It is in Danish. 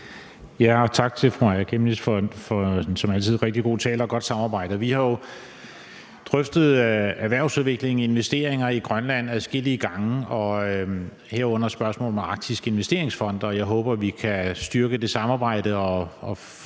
Tak til fru Aaja Chemnitz for en som altid rigtig god tale og et godt samarbejde. Vi har jo drøftet erhvervsudvikling og investeringer i Grønland adskillige gange, herunder spørgsmålet om en arktisk investeringsfond, og jeg håber, vi kan styrke det samarbejde og skabe